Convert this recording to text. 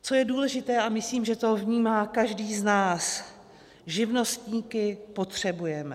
Co je důležité, a myslím, že to vnímá každý z nás, živnostníky potřebujeme.